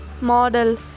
model